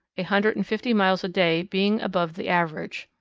a hundred and fifty miles a day being above the average.